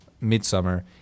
midsummer